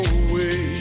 away